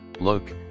Look